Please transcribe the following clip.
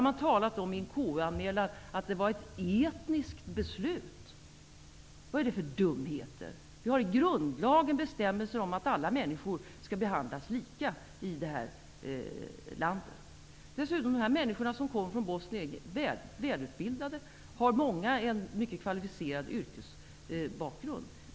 Det sägs i KU-anmälan att det var ett ''etniskt beslut''. Vad är det för dumheter? Det finns i grundlagen bestämmelser om att alla människor skall behandlas lika i det här landet. De människor som kommer från Bosnien är välutbildade, och många har en mycket kvalificerad yrkesbakgrund.